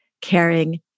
Caring